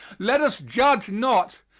let us judge not,